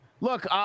look